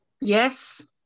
yes